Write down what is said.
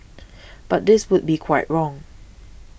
but this would be quite wrong